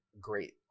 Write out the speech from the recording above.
great